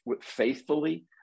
faithfully